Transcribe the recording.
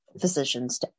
physicians